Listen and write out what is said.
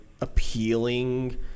appealing